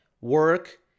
work